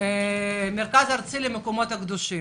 המרכז הארצי למקומות קדושים.